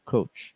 Coach